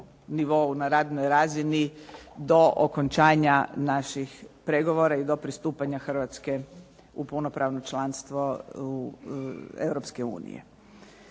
nivou, na radnoj razini do okončanja naših pregovora i do pristupanja Hrvatske u punopravno članstvo Europske unije.